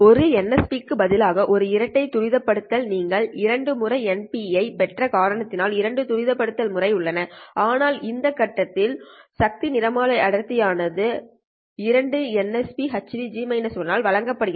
ஒரு nsp க்கு பதிலாக ஒரு இரட்டை துருவப்படுத்தல் நீங்கள் இரண்டு முறை nsp ஐ பெற்ற காரணத்தில் இரண்டு துருவப்படுத்தல் முறைகள் உள்ளன ஆனால் இந்த கட்டத்தில் சக்தி நிறமாலை அடர்த்தி ஆனது 2nsp hν ஆல் வழங்கப்படுகிறது